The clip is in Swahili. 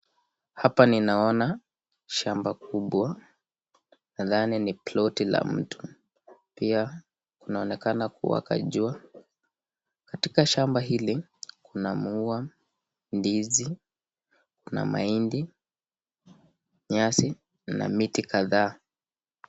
Hapa nina ona shamba kubwa. Nadhani ni ploti la mtu. Pia kunaonekana kuwaka jua. Katika shamba hili, kuna muwa, ndizi na mahindi, nyasi na miti kadhaa.